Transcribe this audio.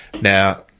Now